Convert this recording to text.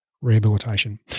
Rehabilitation